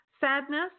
sadness